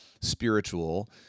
spiritual